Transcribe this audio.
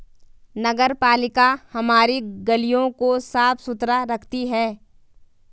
नगरपालिका हमारी गलियों को साफ़ सुथरा रखती है